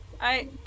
I-